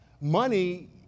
Money